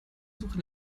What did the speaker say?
suche